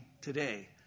today